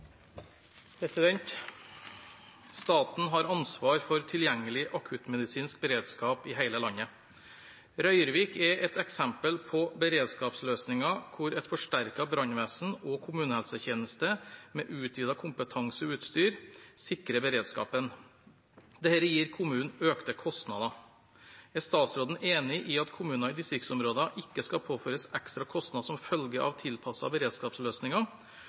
har ansvar for tilgjengelig akuttmedisinsk beredskap i hele landet. Røyrvik er et eksempel på at beredskapsløsninger med et forsterket brannvesen og en kommunehelsetjeneste med utvidet kompetanse og utstyr sikrer beredskapen. Dette gir kommunen økte kostnader. Er statsråden enig i at kommuner i distriktsområder ikke skal påføres ekstra kostnader som følge av tilpassede beredskapsløsninger,